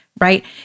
right